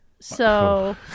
so-